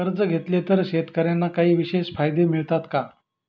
कर्ज घेतले तर शेतकऱ्यांना काही विशेष फायदे मिळतात का?